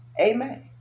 Amen